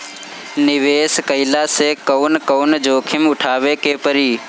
निवेस कईला मे कउन कउन जोखिम उठावे के परि?